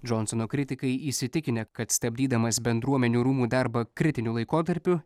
džonsono kritikai įsitikinę kad stabdydamas bendruomenių rūmų darbą kritiniu laikotarpiu